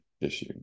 issue